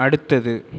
அடுத்தது